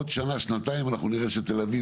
עוד שנה שנתיים אנחנו נראה שתל אביב